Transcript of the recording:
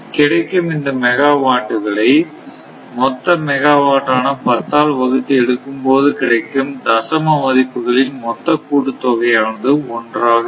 கிடைக்கும் இந்த மெகாவாட்ட்களை மொத்த மெகாவாட் ஆன பத்தால் வகுத்து எடுக்கும் போது கிடைக்கும் தசம மதிப்புகளின் மொத்த கூட்டு தொகையானது ஒன்றாக இருக்கும்